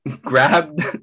grabbed